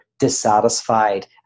dissatisfied